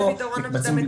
איזה פתרון אז אתה מציע?